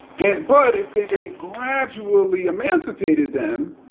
and but if they gradually emancipated them,